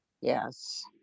Yes